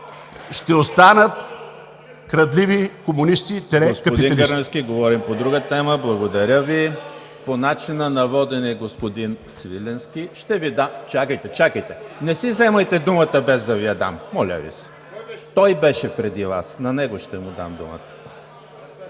ще останат крадливи комунисти – капиталисти.